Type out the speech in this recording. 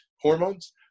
hormones